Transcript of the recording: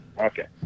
Okay